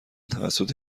توسط